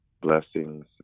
Blessings